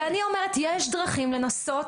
ואני אומרת: יש דרכים לנסות.